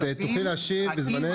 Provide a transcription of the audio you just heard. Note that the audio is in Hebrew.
את תוכלי להשיב עוד מעט.